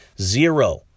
Zero